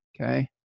okay